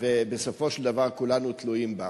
ובסופו של דבר כולנו תלויים בה.